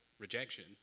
rejection